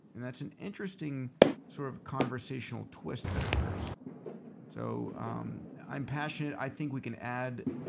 and that's an interesting sort of conversational twist that occurs so um i'm passionate. i think we can add.